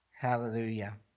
Hallelujah